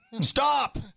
Stop